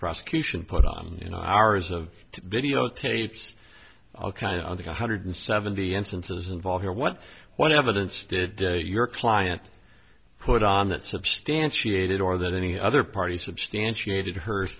prosecution put on you know hours of videotapes i'll kind of the one hundred seventy instances involve here what what evidence did your client put on that substantiated or that any other party substantiated her